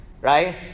right